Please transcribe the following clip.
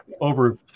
over